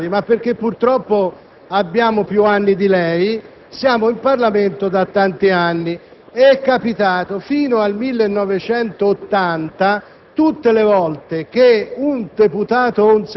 Tecce, non perché siamo più bravi, ma perché purtroppo abbiamo più anni di lei, siamo in Parlamento da tanto tempo. Fino al 1980